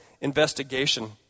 investigation